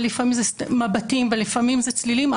ולפעמים מבטים ולפעמים צלילים.